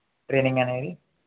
training అనేది